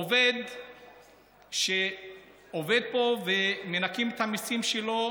עובד שעובד פה ומנכים את המיסים שלו,